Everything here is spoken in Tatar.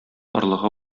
орлыгы